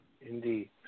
indeed